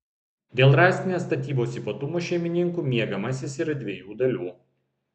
dėl rąstinės statybos ypatumų šeimininkų miegamasis yra dviejų dalių